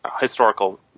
historical